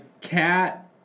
cat